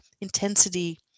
intensity